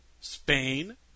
Spain